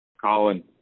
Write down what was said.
Colin